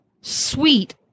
sweet